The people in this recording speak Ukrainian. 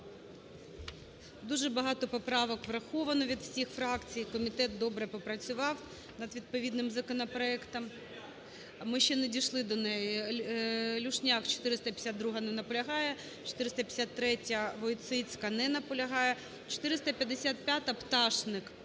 Дуже багато поправок враховано від всіх фракцій, комітет добре попрацював над відповідним законопроектом. Ми ще не дійшли до неї. Люшняк, 452-а. Не наполягає. 453-я,Войціцька. Не наполягає. 455, Пташник